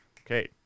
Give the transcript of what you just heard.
okay